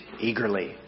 eagerly